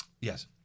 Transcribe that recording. yes